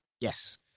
Yes